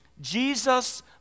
Jesus